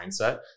mindset